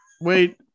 wait